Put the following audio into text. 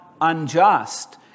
unjust